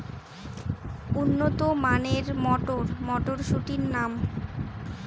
উন্নত মানের মটর মটরশুটির নাম?